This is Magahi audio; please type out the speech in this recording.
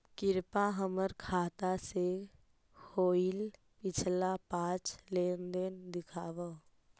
कृपा हमर खाता से होईल पिछला पाँच लेनदेन दिखाव